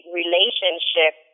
relationship